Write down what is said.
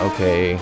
Okay